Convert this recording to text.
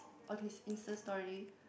on his Insta Story